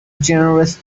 generous